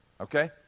okay